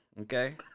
Okay